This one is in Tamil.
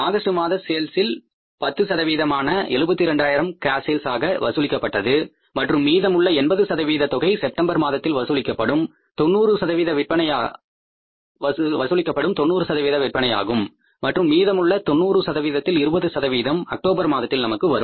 ஆகஸ்ட் மாத சேல்ஸில் 10 சதவீதமான 72000 கேஷ் சேல்ஸ் ஆக வசூலிக்கப்பட்டது மற்றும் மீதமுள்ள 80 தொகை செப்டம்பர் மாதத்தில் வசூலிக்கப்படும் 90 சதவீத விற்பனையாகும் மற்றும் மீதமுள்ள தொண்ணூறு சதவீதத்தில் 20 அக்டோபர் மாதத்தில் நமக்கு வரும்